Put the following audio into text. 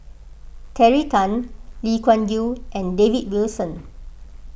Terry Tan Lee Kuan Yew and David Wilson